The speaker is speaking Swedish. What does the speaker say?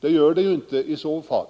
I så fall är dessa farhågor inte berättigade.